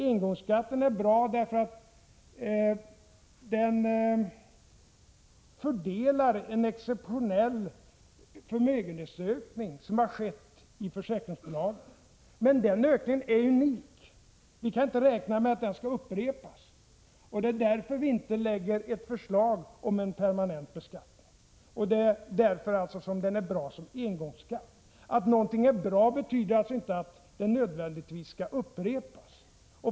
Engångsskatten är bra därför att den fördelar en exceptionell förmögenhetsökning som har skett i försäkringsbolagen. Men den ökningen är unik. Vi kan inte räkna med att den skall upprepas. Det är därför som vi inte lägger fram ett förslag om en permanent beskattning, och det är därför som denna skatt är bra som engångsskatt. Att någonting är bra betyder alltså inte att det nödvändigtvis skall upprepas.